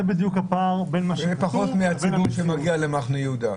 זה פחות מהציבור שמגיע למחנה יהודה.